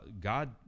God